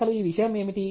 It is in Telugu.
అసలు ఈ నియమం ఏమిటి